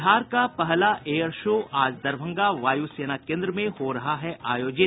बिहार का पहला air show आज दरभंगा वायु सेना केन्द्र में हो रहा है आयोजित